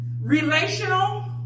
Relational